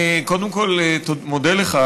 אני קודם כול מודה לך,